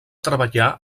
treballar